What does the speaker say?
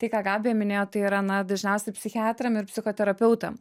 tai ką gabija minėjo tai yra na dažniausiai psichiatram ir psichoterapeutam